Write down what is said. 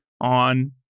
on